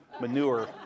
manure